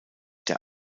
der